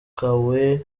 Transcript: kubera